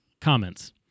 comments